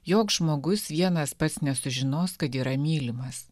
jog žmogus vienas pats nesužinos kad yra mylimas